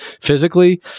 physically